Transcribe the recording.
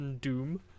Doom